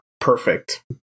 perfect